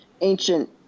ancient